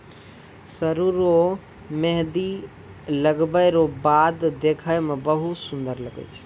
सरु रो मेंहदी लगबै रो बाद देखै मे बहुत सुन्दर लागै छै